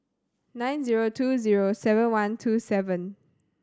nine zero two zero seven one two seven